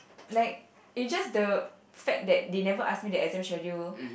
like is just the fact that they never ask me the exam schedule